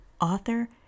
author